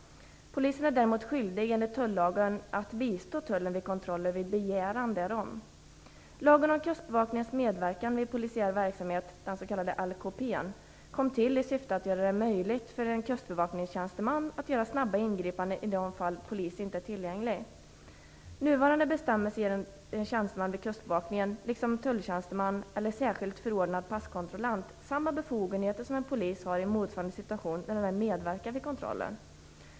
Polisen är däremot enligt tullagen skyldig att bistå tullen vid kontroller vid begäran därom. Lagen om kustbevakningens medverkan vid polisiär verksamhet - den s.k. LKP:n - tillkom i syfte att göra det möjligt för en kustbevakningstjänsteman att göra snabba ingripanden i de fall polis inte är tillgänglig. Nuvarande bestämmelser ger en tjänsteman vid kustbevakningen, liksom tulltjänsteman eller särskilt förordnad passkontrollant, samma befogenheter som en polis har i motsvarande situation när denne medverkar vid kontrollen.